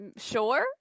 sure